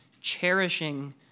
Cherishing